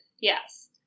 Yes